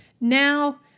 now